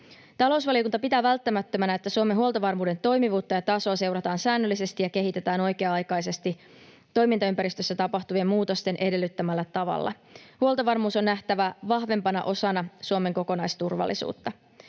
Talousvaliokunta pitää välttämättömänä, että Suomen huoltovarmuuden toimivuutta ja tasoa seurataan säännöllisesti ja kehitetään oikea-aikaisesti toimintaympäristössä tapahtuvien muutosten edellyttämällä tavalla. Huoltovarmuus on nähtävä vahvempana osana Suomen kokonaisturvallisuutta.